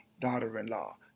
daughter-in-law